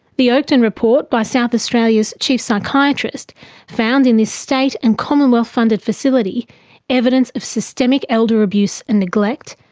the oakden report by south australia's chief psychiatrist found in this state and commonwealth funded facility evidence of systemic elder abuse and neglect,